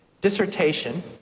dissertation